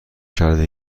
کرده